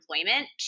employment